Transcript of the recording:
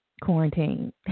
quarantine